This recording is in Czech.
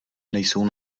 nejsou